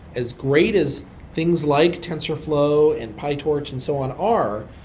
as great as things like tensorflow and pytorch and so on are,